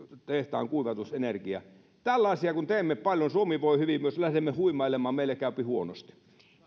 tehtaan kuivatusenergia tällaisia kun teemme paljon suomi voi hyvin jos lähdemme huimailemaan meille käypi huonosti